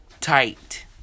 tight